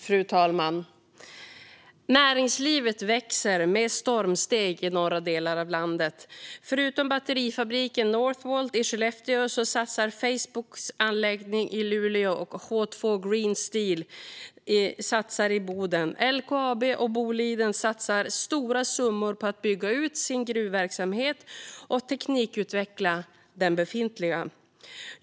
Fru talman! Näringslivet växer med stormsteg i norra delen av landet. Förutom batterifabriken Northvolt i Skellefteå satsar Facebook i Luleå, och H2 Green Steel satsar i Boden. LKAB och Boliden satsar stora summor på att bygga ut sin gruvverksamhet och teknikutveckla den befintliga.